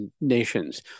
Nations